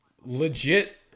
legit